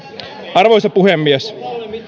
arvoisa puhemies